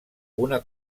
una